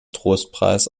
trostpreis